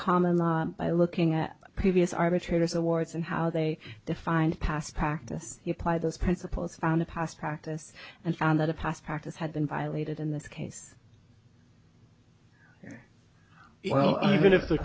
common law by looking at previous arbitrators awards and how they defined past practice apply those principles found a past practice and found that a past practice had been violated in this case well even if the